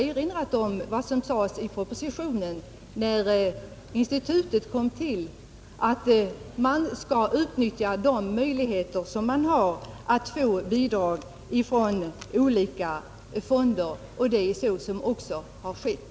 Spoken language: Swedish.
Vidare skall man som sades i propositionen när institutet kom till, utnyttja de möjligheter man har att få bidrag från statens tekniska forskningsråd och från olika stiftelser. Så har också skett.